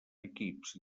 equips